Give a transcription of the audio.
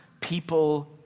people